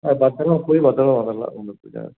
ஆ பத்தரமாக போய் பத்தரமாக வந்துரலாம் அவங்ககூட